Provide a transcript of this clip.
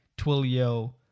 Twilio